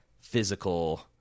physical